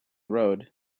road